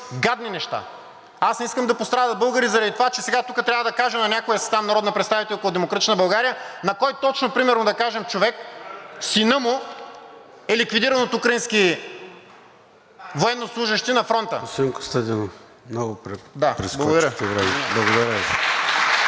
гадни неща. Аз не искам да пострадат българи заради това, че сега тук трябва да кажа на някоя си там народна представителка от „Демократична България“ на кой точно примерно, да кажем, човек синът му е ликвидиран от украински военнослужещи на фронта.